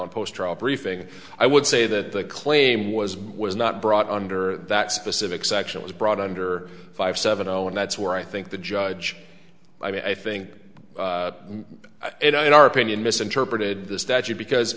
and post trial briefing i would say that the claim was was not brought under that specific section was brought under five seven zero and that's where i think the judge i think it on our opinion misinterpreted the statute because